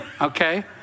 okay